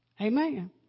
Amen